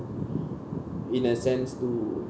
in a sense to